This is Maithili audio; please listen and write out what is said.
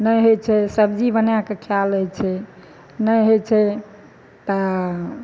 नहि होइत छै सबजी बनाए कऽ खाए लै छै नहि होइ छै तऽ